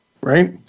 right